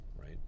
right